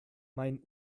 mein